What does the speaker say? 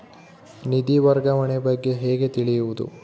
ನಿಧಿ ವರ್ಗಾವಣೆ ಬಗ್ಗೆ ಹೇಗೆ ತಿಳಿಯುವುದು?